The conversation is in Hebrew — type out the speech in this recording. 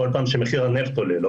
כל פעם שמחיר הנפט עולה או יורד,